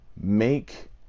make